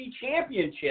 Championship